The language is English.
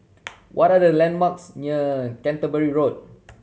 what are the landmarks near Canterbury Road